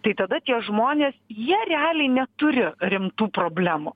tai tada tie žmonės jie realiai neturi rimtų problemų